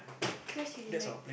cause we like